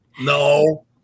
No